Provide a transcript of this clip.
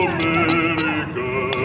America